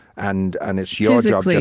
and and it's your job like